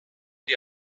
die